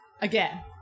again